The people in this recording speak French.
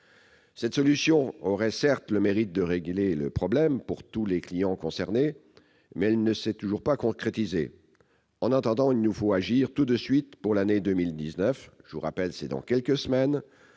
Cette solution aurait certes le mérite de régler le problème pour tous les clients concernés, mais elle ne s'est toujours pas concrétisée. En attendant, il nous faut agir tout de suite pour l'année 2019, qui débutera dans quelques semaines.